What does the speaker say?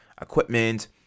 equipment